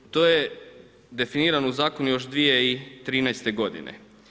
To je definirano u zakonu još 2013. godine.